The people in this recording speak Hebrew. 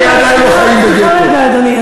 תראו לי משרד ממשלתי שמקבל אותם.